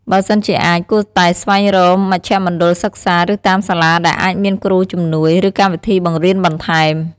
បើសិនជាអាច គួរតែស្វែងរកមជ្ឈមណ្ឌលសិក្សា ឬតាមសាលាដែលអាចមានគ្រូជំនួយ ឬកម្មវិធីបង្រៀនបន្ថែម។